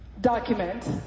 Document